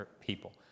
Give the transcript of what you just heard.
people